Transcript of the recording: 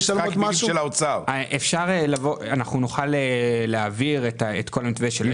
אנחנו נוכל להעביר את כל הנתונים.